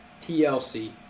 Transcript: TLC